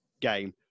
game